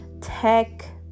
tech